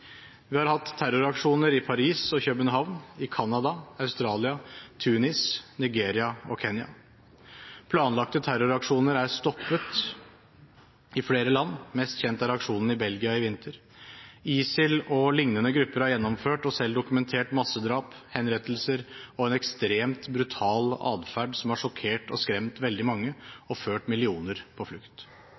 Vi har hatt terroraksjoner i Paris og København, i Canada, Australia, Tunis, Nigeria og Kenya. Planlagte terroraksjoner er stoppet i flere land, mest kjent er aksjonen i Belgia i vinter. ISIL og lignende grupper har gjennomført og selv dokumentert massedrap, henrettelser og en ekstremt brutal adferd som har sjokkert og skremt veldig mange, og ført millioner på flukt.